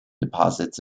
deposits